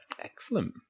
Excellent